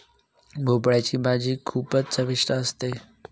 भोपळयाची भाजी खूपच चविष्ट असते